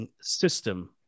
system